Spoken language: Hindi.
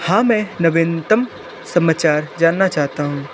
हाँ मैं नवीनतम समाचार जानना चाहता हूँ